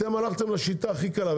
אתם הלכתם לשיטה הכי קלה.